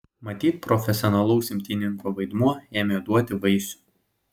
matyt profesionalaus imtynininko vaidmuo ėmė duoti vaisių